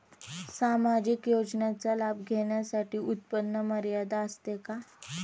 सामाजिक योजनांचा लाभ घेण्यासाठी उत्पन्न मर्यादा असते का?